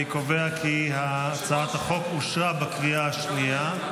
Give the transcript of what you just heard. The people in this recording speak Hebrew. אני קובע כי הצעת החוק אושרה בקריאה השנייה.